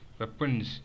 weapons